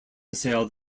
sailed